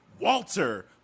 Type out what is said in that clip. Walter